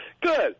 Good